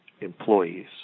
employees